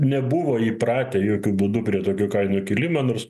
nebuvo įpratę jokiu būdu prie tokio kainų kilimo nors